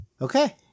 Okay